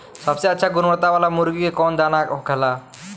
सबसे अच्छा गुणवत्ता वाला मुर्गी के कौन दाना होखेला?